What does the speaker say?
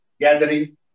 gathering